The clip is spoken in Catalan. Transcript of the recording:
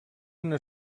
una